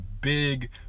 big